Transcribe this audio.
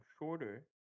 shorter